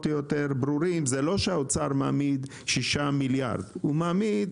זה לא שהאוצר מעמיד 6 מיליארד ₪ ערבות מדינה הוא מעמיד